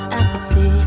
apathy